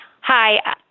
hi